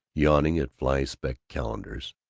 yawning at fly-specked calendars,